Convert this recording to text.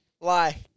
Lie